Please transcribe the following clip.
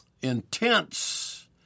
intense